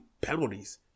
penalties